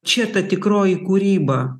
čia ta tikroji kūryba